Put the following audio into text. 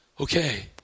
okay